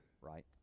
right